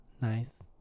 nice